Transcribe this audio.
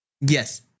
Yes